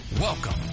Welcome